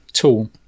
Tool